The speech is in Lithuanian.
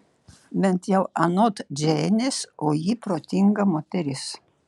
bent jau anot džeinės o ji protinga moteris